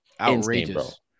outrageous